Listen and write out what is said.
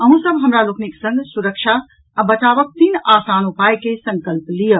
अहूँ सब हमरा लोकनिक संग सुरक्षा आ बचावक तीन आसान उपायक संकल्प लियऽ